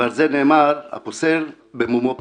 ועל זה נאמר הפוסל במומו פוסל.